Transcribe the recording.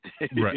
Right